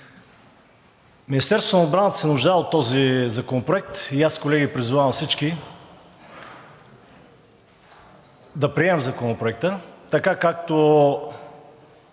Министерството на отбраната се нуждае от този законопроект и аз, колеги, призовавам всички да приемем Законопроекта, така както